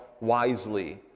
wisely